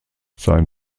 sein